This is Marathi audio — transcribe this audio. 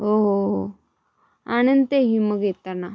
हो हो हो आणीन तेही मग येताना